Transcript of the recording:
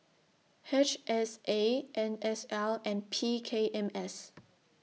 H S A N S L and P K M S